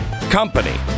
company